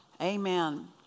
Amen